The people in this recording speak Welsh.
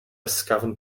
ysgafn